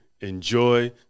enjoy